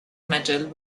metal